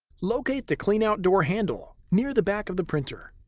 locate the cleanout door handle near the back of the printer.